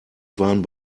waren